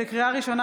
לקריאה ראשונה,